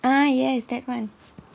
ah yes that [one]